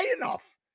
enough